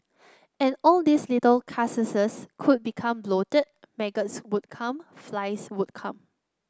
and all these little carcasses could become bloated maggots would come flies would come